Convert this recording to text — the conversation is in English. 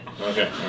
Okay